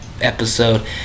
episode